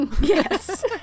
Yes